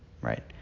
right